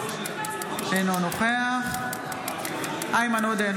אינו נוכח איימן עודה,